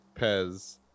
Pez